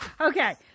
okay